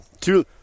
Two